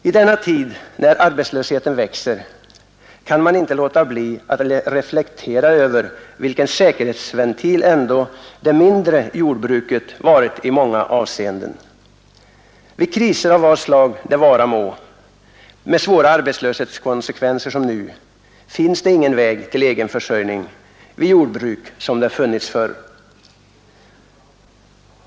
I denna tid när arbetslösheten växer kan man inte låta bli att reflektera över vilken säkerhetsventil ändå det mindre jordbruket varit i många avseenden. Vid kriser av vad slag det vara må med svåra arbetslöshetskonsekvenser som nu, finns det ingen väg till egen försörjning vid jordbruk som det funnits förr.